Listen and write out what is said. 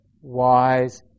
wise